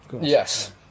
Yes